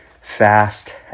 fast